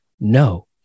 No